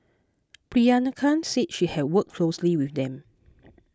Priyanka said she had worked closely with them